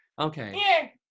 Okay